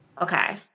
okay